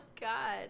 god